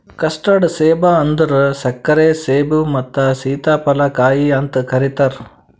custard ಸೇಬ ಅಂದುರ್ ಸಕ್ಕರೆ ಸೇಬು ಮತ್ತ ಸೀತಾಫಲ ಕಾಯಿ ಅಂತ್ ಕರಿತಾರ್